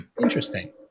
interesting